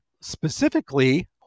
Specifically